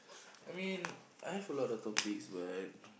I mean I have a lot of topics but